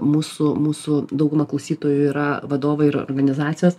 mūsų mūsų dauguma klausytojų yra vadovai ir organizacijos